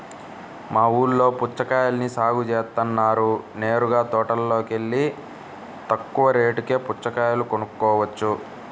మా ఊల్లో పుచ్చకాయల్ని సాగు జేత్తన్నారు నేరుగా తోటలోకెల్లి తక్కువ రేటుకే పుచ్చకాయలు కొనుక్కోవచ్చు